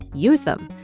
use them.